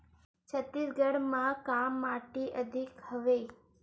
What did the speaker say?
छत्तीसगढ़ म का माटी अधिक हवे?